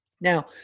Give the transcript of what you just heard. Now